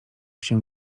się